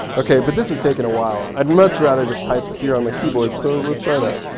ok, but this is taking a while. i'd much rather just type here on my keyboard. so let's try that.